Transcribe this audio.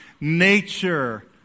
Nature